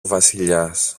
βασιλιάς